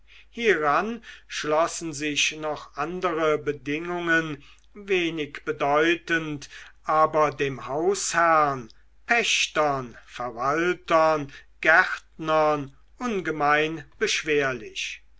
hieran schlossen sich noch andere bedingungen wenig bedeutend aber dem hausherrn pächtern verwaltern gärtnern ungemein beschwerlich